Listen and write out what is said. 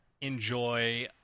enjoy